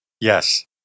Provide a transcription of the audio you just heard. Yes